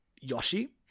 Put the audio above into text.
Yoshi